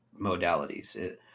modalities